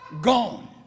gone